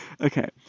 Okay